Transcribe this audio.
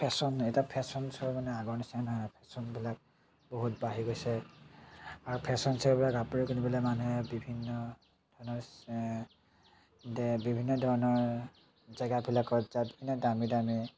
fashion এতিয়া fashion show মানে আগৰ নিচিনা নহয় ফেশ্বনবিলাক বহুত বাঢ়ি গৈছে আৰু ফেশ্বন শ্ব'ৰ পৰা কাপোৰ পিন্ধিবলৈ মানুহে বিভিন্ন ধৰণৰ বিভিন্ন ধৰণৰ জেগাবিলাকত যায় দামী দামী